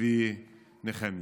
הנביא נחמיה.